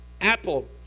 Apple